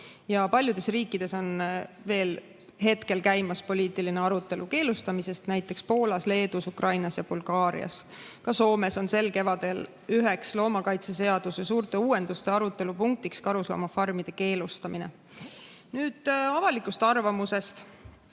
paljudes riikides on poliitiline arutelu keelustamisest hetkel veel käimas, näiteks Poolas, Leedus, Ukrainas ja Bulgaarias. Ka Soomes on sel kevadel üheks loomakaitseseaduse suurte uuenduste arutelu punktiks karusloomafarmide keelustamine. Nüüd avalikust arvamusest.